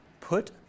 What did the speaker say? Put